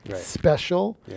special